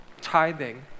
tithing